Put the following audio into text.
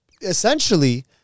essentially